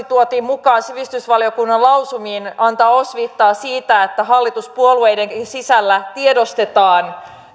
tuotiin mukaan sivistysvaliokunnan lausumiin antaa osviittaa siitä että hallituspuolueidenkin sisällä tiedostetaan